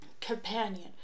companion